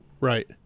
right